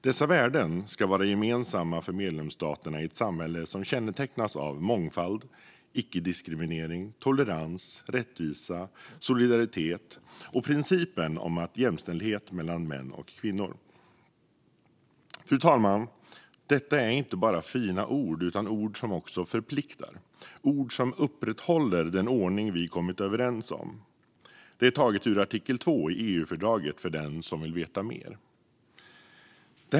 Dessa värden ska vara gemensamma för medlemsstaterna i ett samhälle som kännetecknas av mångfald, icke-diskriminering, tolerans, rättvisa, solidaritet och principen om jämställdhet mellan kvinnor och män." Fru talman! Det är inte bara fina ord utan ord som förpliktar, ord som upprätthåller den ordning vi har kommit överens om. De är tagna ur artikel 2 i EU-fördraget, för den som vill veta mer.